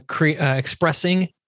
expressing